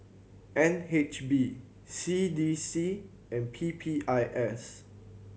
N H B C D C and P P I S